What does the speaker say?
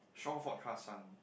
shore fort car sun